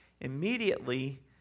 Immediately